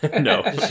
No